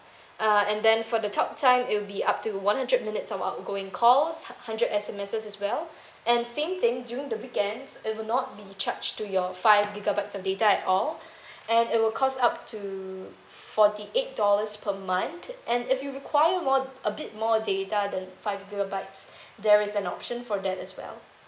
uh and then for the talktime it'll be up to one hundred minutes of outgoing calls hun~ hundred S_M_Ss as well and same thing during the weekends it'll not be charged to your five gigabytes of data at all and it will cost up to forty eight dollars per month and if you require more a bit more data than five gigabytes there is an option for that as well